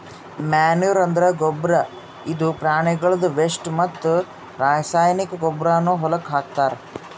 manure ಅಂದ್ರ ಗೊಬ್ಬರ್ ಇದು ಪ್ರಾಣಿಗಳ್ದು ವೆಸ್ಟ್ ಮತ್ತ್ ರಾಸಾಯನಿಕ್ ಗೊಬ್ಬರ್ನು ಹೊಲಕ್ಕ್ ಹಾಕ್ತಾರ್